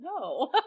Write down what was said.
no